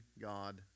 God